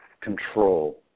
control